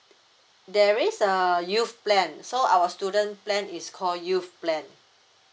there is a youth plan so our student plan is called youth plan